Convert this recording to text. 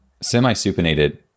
semi-supinated